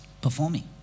performing